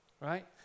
Right